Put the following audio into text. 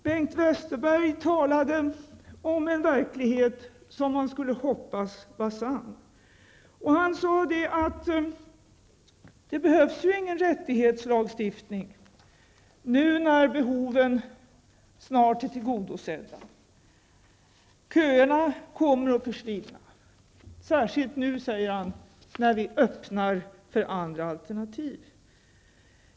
Bengt Westerberg talade om en verklighet som man skulle hoppas var sann. Han sade att det behövs ingen rättighetslagstiftning, nu när behoven snart är tillgodosedda. Köerna kommer att försvinna -- särskilt nu, säger han, när vi öppnar för andra alternativ.